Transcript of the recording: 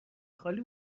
خالی